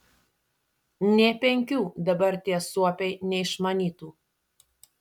nė penkių dabar tie suopiai neišmanytų